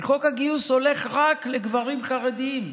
כי חוק הגיוס הולך רק לגברים חרדים,